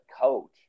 coach